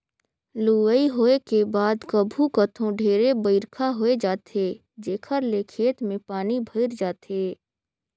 लुवई होए के बाद कभू कथों ढेरे बइरखा होए जाथे जेखर ले खेत में पानी भइर जाथे